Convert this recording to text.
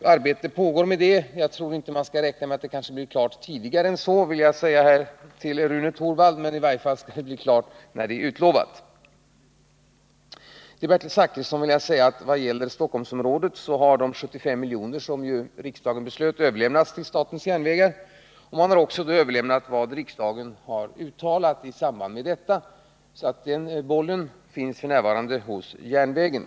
Arbetet pågår, och jag tror — det vill jag säga till Rune Torwald — att man kan räkna med att det blir klart tidigare än så. Men i varje fall skall det bli klart vid den tid som man har utlovat. Till Bertil Zachrisson vill jag säga att när det gäller Stockholmsområdet så har de 75 milj.kr. som riksdagen beslöt överlämnats till statens järnvägar. Man har också överlämnat vad riksdagen har uttalat i samband med detta. Bollen ligger f. n. hos järnvägen.